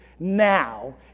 now